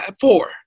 four